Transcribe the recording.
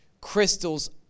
crystals